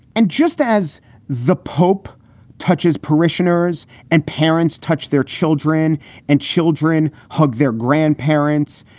and just as the pope touches parishioners and parents touched their children and children, hug their grandparents.